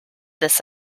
this